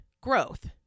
growth